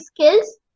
skills